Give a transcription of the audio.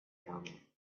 coming